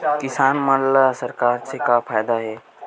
किसान मन ला सरकार से का फ़ायदा हे?